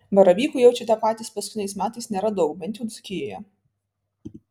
baravykų jaučiate patys paskutiniais metais nėra daug bent jau dzūkijoje